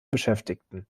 beschäftigten